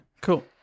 cool